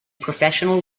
professional